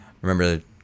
remember